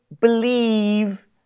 believe